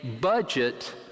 budget